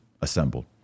assembled